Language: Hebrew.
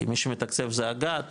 כי מי שמתקצב זה הגהת,